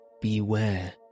Beware